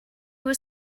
was